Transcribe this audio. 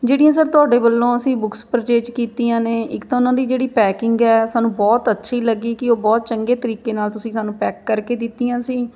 ਜਿਹੜੀਆਂ ਸਰ ਤੁਹਾਡੇ ਵੱਲੋਂ ਅਸੀਂ ਬੁੱਕਸ ਪਰਚੇਜ ਕੀਤੀਆਂ ਨੇ ਇੱਕ ਤਾਂ ਉਹਨਾਂ ਦੀ ਜਿਹੜੀ ਪੈਕਿੰਗ ਹੈ ਸਾਨੂੰ ਬਹੁਤ ਅੱਛੀ ਲੱਗੀ ਕਿ ਉਹ ਬਹੁਤ ਚੰਗੇ ਤਰੀਕੇ ਨਾਲ ਤੁਸੀਂ ਸਾਨੂੰ ਪੈਕ ਕਰਕੇ ਦਿੱਤੀਆਂ ਸੀ